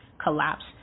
collapse